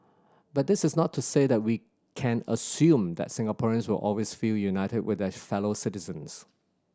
but this is not to say that we can assume that Singaporeans will always feel united with their fellow citizens